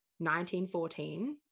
1914